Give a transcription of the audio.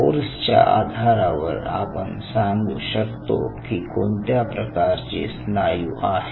force च्या आधारावर आपण सांगू शकतो की कोणत्या प्रकारचे स्नायू आहे